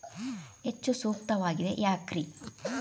ಹೆಚ್ಚು ಸೂಕ್ತವಾಗಿದೆ ಯಾಕ್ರಿ?